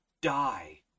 die